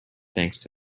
thanks